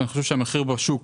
אני חושב שהמחיר בשוק